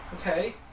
Okay